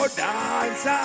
dance